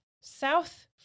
south